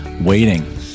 waiting